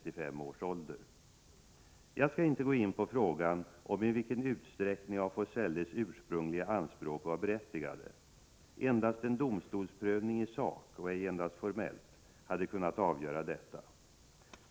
Jag skall inte gå in på frågan om i vilken utsträckning af Forselles ursprungliga anspråk var berättigade. Endast en domstolsprövning i sak och ej endast formellt hade kunnat avgöra detta.